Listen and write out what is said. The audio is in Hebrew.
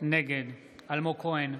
נגד אלמוג כהן,